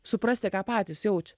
suprasti ką patys jaučia